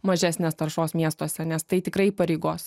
mažesnės taršos miestuose nes tai tikrai įpareigos